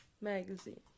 magazine